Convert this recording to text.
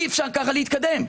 אי-אפשר ככה להתקדם.